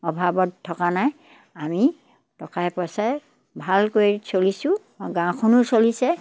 অভাৱত থকা নাই আমি টকাই পইচাই ভালকৈ চলিছোঁ আৰু গাঁওখনো চলিছে